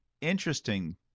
interesting